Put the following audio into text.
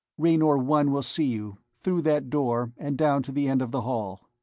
raynor one will see you. through that door, and down to the end of the hall.